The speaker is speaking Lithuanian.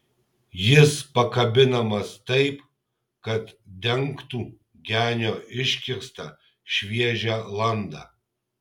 jis pakabinamas taip kad dengtų genio iškirstą šviežią landą